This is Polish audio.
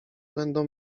będą